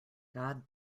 god